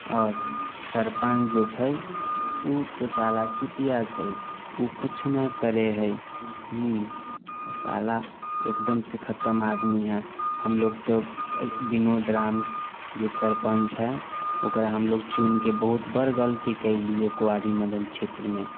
आओर सरपञ्च जे छै उ तऽ साला चुतिया छै उ कुछ नहि करै है साला एकदमसँ खतम आदमी है हम लोग तो विनोद राम जे सरपञ्च छै ओकरा हम लोग चुनिके बहुत बड़ गलती कयली है कुआरि मदन क्षेत्रमे